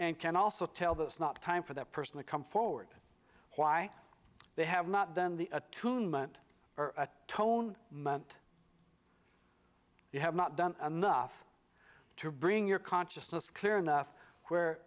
and can also tell them it's not time for that person to come forward why they have not done the attunement or a tone meant you have not done enough to bring your consciousness clear enough where